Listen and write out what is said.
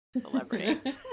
celebrity